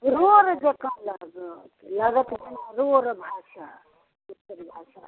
रोड़ जकाँ लागत लागत जेना रोड़ भाषा ओकर भाषा